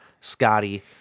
Scotty